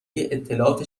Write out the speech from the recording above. اطلاعات